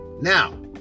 Now